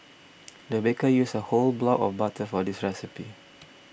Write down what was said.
the baker used a whole block of butter for this recipe